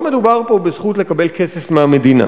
לא מדובר פה בזכות לקבל כסף מהמדינה